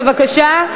בבקשה.